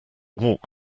walk